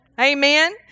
Amen